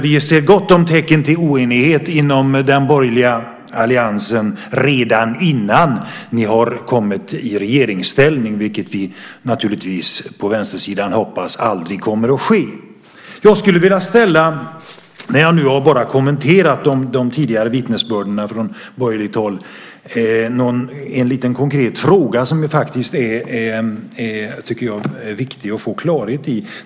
Vi ser gott om tecken till oenighet inom den borgerliga alliansen redan innan ni har kommit i regeringsställning, vilket vi på vänstersidan naturligtvis hoppas aldrig kommer att ske. När jag har kommenterat tidigare vittnesbörd från borgerligt håll skulle jag vilja ställa en liten konkret fråga där jag tycker att det är viktigt att få klarhet.